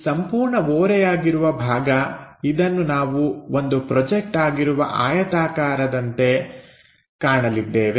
ಈ ಸಂಪೂರ್ಣ ಓರೆಯಾಗಿರುವ ಭಾಗ ಇದನ್ನು ನಾವು ಒಂದು ಪ್ರೊಜೆಕ್ಟ್ ಆಗಿರುವ ಆಯತಾಕಾರದದಂತೆ ನಾವು ಕಾಣಲಿದ್ದೇವೆ